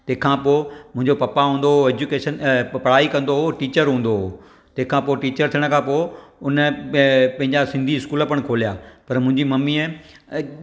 तंहिंखां पोइ मुंहिंजो पप्पा हूंदो हो ऐजूकेशन अ पढ़ाई कंदो हो टीचर हूंदो हो तंहिंखां पोइ टीचर थियण खां पोइ हुन प अ पंंहिंजा सिन्धी इस्कूल पिणु खोलिया पर मुंहिंजी मम्मीअ अ